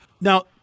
now